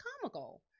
comical